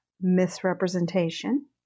misrepresentation